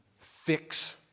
fix